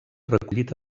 recollit